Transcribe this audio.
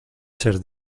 ser